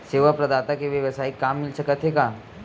सेवा प्रदाता के वेवसायिक काम मिल सकत हे का?